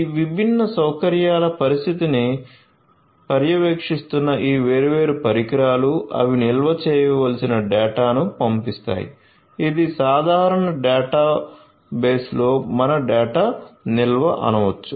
ఈ విభిన్న సౌకర్యాల పరిస్థితిని పర్యవేక్షిస్తున్న ఈ వేర్వేరు పరికరాలు అవి నిల్వ చేయవలసిన డేటాను పంపిస్తాయి ఇది సాధారణ డేటాబేస్లో మన డేటా నిల్వ అనవచ్చు